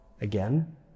again